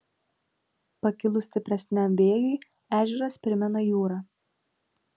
pakilus stipresniam vėjui ežeras primena jūrą